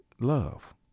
love